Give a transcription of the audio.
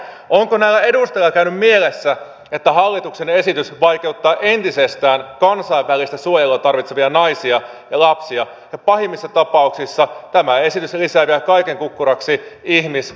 onko näillä edustajilla käynyt mielessä että hallituksen esitys vaikeuttaa entisestään kansainvälistä suojelua tarvitsevia naisia ja lapsia ja pahimmissa tapauksissa tämä esitys lisää vielä kaiken kukkuraksi ihmissalakuljetusta